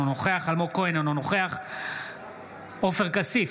אינו נוכח אלמוג כהן,